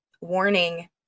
warning